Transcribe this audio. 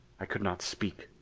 i could not speak,